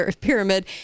pyramid